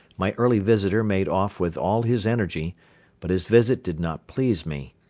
my early visitor made off with all his energy but his visit did not please me.